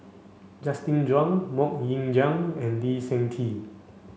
Justin Zhuang Mok Ying Jang and Lee Seng Tee